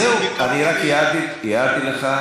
זהו, רק הערתי לך.